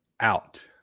out